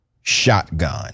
shotgun